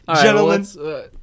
gentlemen